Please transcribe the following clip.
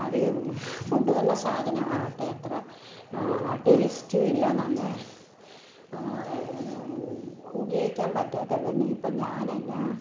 അത് കൊണ്ടുവന്ന സാധനം ആകട്ടെ അത്ര ടേസ്റ്റും ഇല്ല നല്ല ഉപയോഗിക്കാൻ പറ്റാത്ത പിന്നെ ഇപ്പം ഞാൻ എന്നാൽ